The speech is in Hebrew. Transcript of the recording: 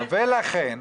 לכן,